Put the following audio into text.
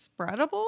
spreadable